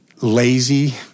lazy